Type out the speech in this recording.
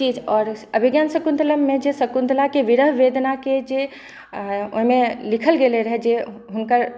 चीज आओर अभिज्ञान शकुन्तलममे जे शकुन्तलाके विरह वेदनाके जे ओहिमे लिखल गेलै रहै जे हुनकर